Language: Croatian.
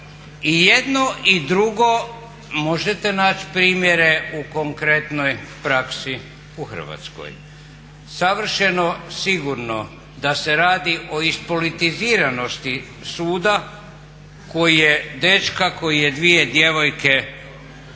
jedno i drugo možete naći primjere u konkretnoj praksi u Hrvatskoj. Savršeno sigurno da se radi o ispolitiziranosti suda koji je dečka koji je dvije djevojke ubio na